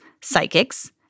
psychics